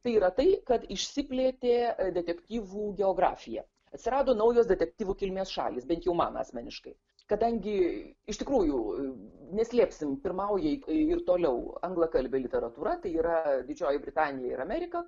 tai yra tai kad išsiplėtė detektyvų geografija atsirado naujos detektyvų kilmės šalys bent jau man asmeniškai kadangi iš tikrųjų neslėpsime pirmauja ir toliau anglakalbė literatūra tai yra didžioji britanija ir amerika